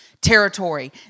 territory